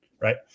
right